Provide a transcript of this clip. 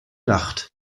nacht